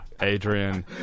Adrian